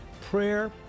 prayer